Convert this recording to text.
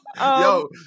Yo